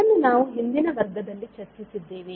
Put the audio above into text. ಇದನ್ನು ನಾವು ಹಿಂದಿನ ವರ್ಗದಲ್ಲಿ ಚರ್ಚಿಸಿದ್ದೇವೆ